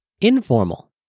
informal